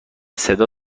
صدا